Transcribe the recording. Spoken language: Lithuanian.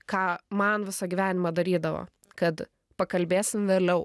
ką man visą gyvenimą darydavo kad pakalbėsim vėliau